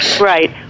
Right